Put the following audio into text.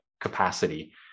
capacity